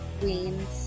Queens